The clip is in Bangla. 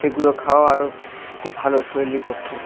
সেগুলো খাওয়া আরও খুব ভালো শরীরের পক্ষে